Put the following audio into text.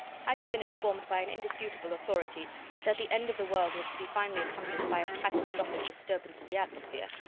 had he been informed by an indisputable authority that the end of the world was to be finally accomplished by a catastrophic disturbance of the atmosphere,